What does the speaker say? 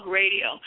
radio